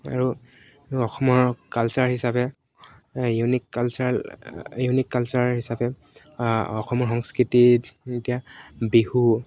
আৰু অসমৰ কালচাৰ হিচাপে ইউনিক কালচাৰ ইউনিক কালচাৰ হিচাপে অসমৰ সংস্কৃতিত এতিয়া বিহু